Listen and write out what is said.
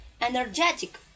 energetic